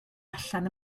allan